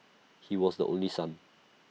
he was the only son